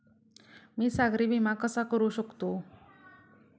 मी सागरी विमा कसा करू शकतो?